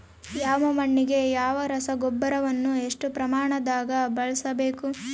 ಯಾವ ಮಣ್ಣಿಗೆ ಯಾವ ರಸಗೊಬ್ಬರವನ್ನು ಎಷ್ಟು ಪ್ರಮಾಣದಾಗ ಬಳಸ್ಬೇಕು?